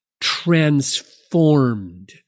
transformed